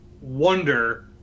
wonder